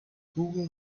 google